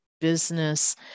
business